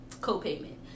co-payment